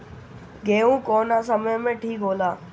गेहू कौना समय मे ठिक होला?